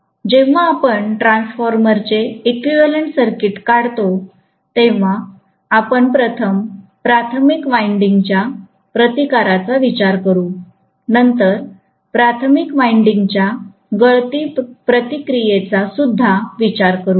जेव्हा आपण ट्रान्सफॉर्मर चे इक्विवैलेन्ट सर्किट काढतो तेव्हा आपण प्रथम प्राथमिक वायंडिंगच्या प्रतिकाराचा विचार करू त्यानंतर प्राथमिक वायंडिंगच्या गळती प्रतिक्रियेचा सुद्धा विचार करू